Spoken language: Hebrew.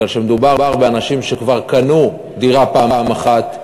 כי מדובר באנשים שכבר קנו דירה פעם אחת,